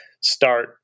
start